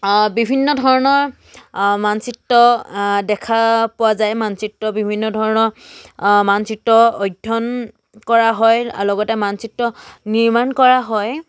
বিভিন্ন ধৰণৰ মানচিত্ৰ দেখা পোৱা যায় মানচিত্ৰ বিভিন্ন ধৰণৰ মানচিত্ৰ অধ্যয়ন কৰা হয় লগতে মানচিত্ৰ নিৰ্মাণ কৰা হয়